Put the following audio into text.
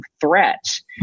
threats